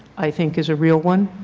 i think, is a real one.